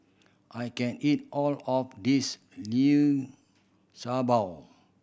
I can't eat all of this Liu Sha Bao